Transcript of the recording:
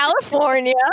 California